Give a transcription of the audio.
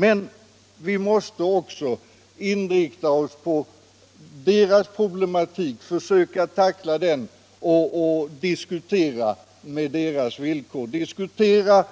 Men vi måste också inrikta oss på deras problematik, försöka tackla den och diskutera på deras villkor. Vi måste diskutera